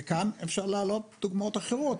וכאן אפשר להעלות דוגמאות אחרות.